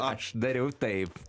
aš dariau taip